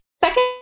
Second